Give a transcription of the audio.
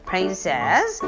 Princess